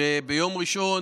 שביום ראשון